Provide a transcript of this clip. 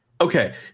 Okay